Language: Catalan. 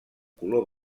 color